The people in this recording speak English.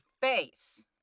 face